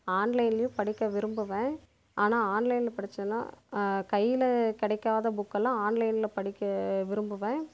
ஆன்லைன்லேயும் படிக்க விரும்புவேன் ஆனால் ஆன்லைனில் படிச்சேம்னா கையில் கிடைக்காத புக்கெல்லாம் ஆன்லைனில் படிக்க விரும்புவேன்